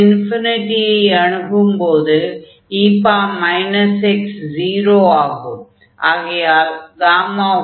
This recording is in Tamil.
x ஐ அணுகும்போது e x 0 ஆகும்